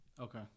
Okay